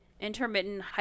intermittent